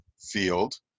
field